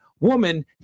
woman